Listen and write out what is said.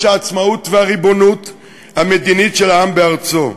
העצמאות והריבונות המדינית של העם בארצו.